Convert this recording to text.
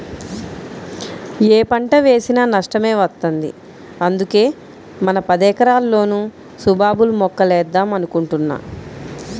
యే పంట వేసినా నష్టమే వత్తంది, అందుకే మన పదెకరాల్లోనూ సుబాబుల్ మొక్కలేద్దాం అనుకుంటున్నా